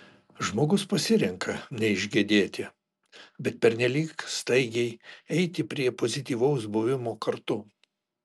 žmogus pasirenka neišgedėti bet pernelyg staigiai eiti prie pozityvaus buvimo kartu